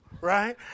right